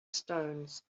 stones